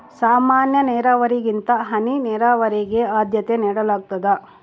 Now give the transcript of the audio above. ಸಾಮಾನ್ಯ ನೇರಾವರಿಗಿಂತ ಹನಿ ನೇರಾವರಿಗೆ ಆದ್ಯತೆ ನೇಡಲಾಗ್ತದ